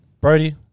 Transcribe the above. Brody